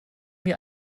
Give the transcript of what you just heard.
mir